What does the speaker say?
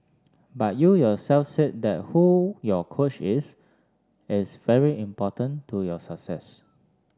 but you yourself said that who your coach is is very important to your success